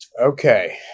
Okay